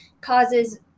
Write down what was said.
causes